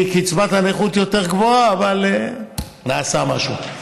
כי קצבת הנכות יותר גבוהה, אבל נעשה משהו.